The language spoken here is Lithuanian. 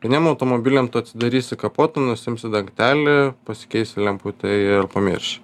vieniem automobiliam tu atsidarysi kapotą nusiimsi dangtelį pasikeisi lemputę ir pamirši